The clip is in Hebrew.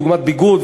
דוגמת ביגוד,